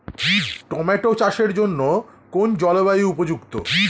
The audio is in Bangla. টোমাটো চাষের জন্য কোন জলবায়ু উপযুক্ত?